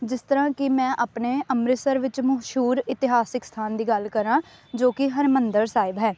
ਜਿਸ ਤਰ੍ਹਾਂ ਕਿ ਮੈਂ ਆਪਣੇ ਅੰਮ੍ਰਿਤਸਰ ਵਿੱਚ ਮਸ਼ਹੂਰ ਇਤਿਹਾਸਿਕ ਸਥਾਨ ਦੀ ਗੱਲ ਕਰਾਂ ਜੋ ਕਿ ਹਰਿਮੰਦਰ ਸਾਹਿਬ ਹੈ